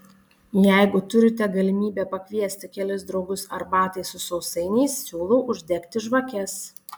jeigu turite galimybę pakviesti kelis draugus arbatai su sausainiais siūlau uždegti žvakes